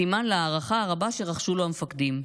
סימן להערכה הרבה שרחשו לו המפקדים,